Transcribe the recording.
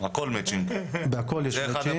בהכול יש את זה.